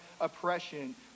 oppression